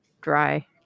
dry